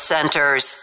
Centers